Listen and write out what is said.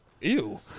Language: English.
Ew